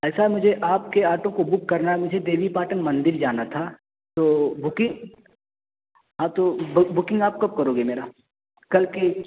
ایسا ہے مجھے آپ کے آٹو کو بک کرنا ہے مجھے دیوی پاٹن مندر جانا تھا تو بکنگ ہاں تو بکنگ آپ کب کروگے میرا کل کی